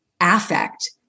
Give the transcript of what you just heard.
affect